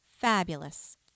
fabulous